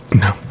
No